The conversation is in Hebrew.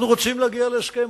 אנחנו רוצים להגיע להסכם.